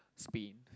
Spain